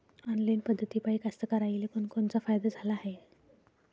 Online पद्धतीपायी कास्तकाराइले कोनकोनचा फायदा झाला हाये?